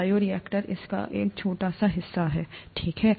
bioreactor इसका एक छोटा सा हिस्सा है ठीक है